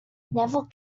never